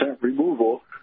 removal